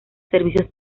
servicios